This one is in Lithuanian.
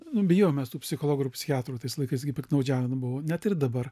nu bijojom mes tų psichologų ir psichiatrų tais laikais gi piktnaudžiaujama buvo net ir dabar